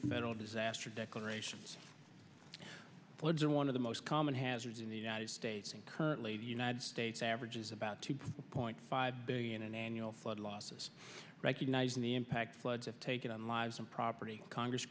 federal disaster declaration floods and one of the most common hazards in the united states and currently the united states averages about two point five billion an annual flood losses recognized in the impact floods have taken on lives and property congress